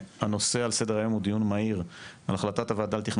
הנושא על סדר היום הוא דיון מהיר על החלטת הוועדה לתכנון